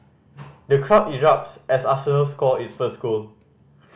the crowd erupts as arsenal score its first goal